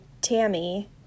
tammy